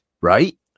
Right